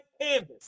canvas